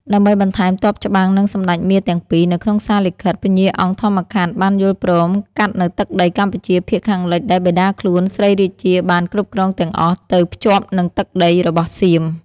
ដើម្បីបន្ថែមទ័ពច្បាំងនិងសម្ដេចមារទាំងពីរ នៅក្នុងសារលិខិត ពញ្ញាអង្គធម្មខាត់ បានយល់ព្រមកាត់នូវទឹកដីកម្ពុជាភាគខាងលិចដែលបិតាខ្លួនស្រីរាជាបានគ្រប់គ្រងទាំងអស់ ទៅភ្ចាប់និងទឹកដីរបស់សៀម ។